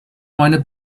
meine